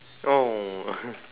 oh